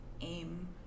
aim